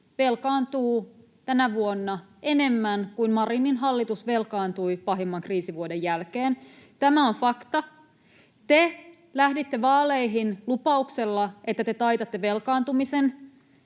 velkaantuu tänä vuonna enemmän kuin Marinin hallitus velkaantui pahimman kriisivuoden jälkeen. [Miko Bergbom: Kuuntelitteko?] Tämä on fakta. Te lähditte vaaleihin lupauksella, että te taitatte velkaantumisen.